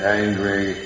angry